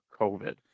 COVID